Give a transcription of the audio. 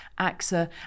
AXA